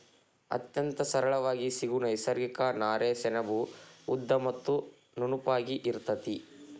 ಅತ್ಯಂತ ಸರಳಾಗಿ ಸಿಗು ನೈಸರ್ಗಿಕ ನಾರೇ ಸೆಣಬು ಉದ್ದ ಮತ್ತ ನುಣುಪಾಗಿ ಇರತತಿ